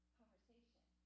conversation